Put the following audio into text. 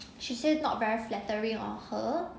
she said not very flattering or her